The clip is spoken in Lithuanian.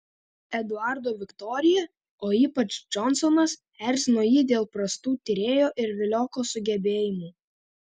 eduardo viktorija o ypač džonsonas erzino jį dėl prastų tyrėjo ir vilioko sugebėjimų